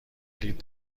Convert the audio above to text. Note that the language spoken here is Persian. لیتر